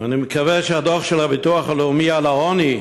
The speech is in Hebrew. אני מקווה שהדוח של הביטוח הלאומי על העוני,